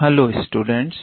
hello students